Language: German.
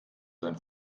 sein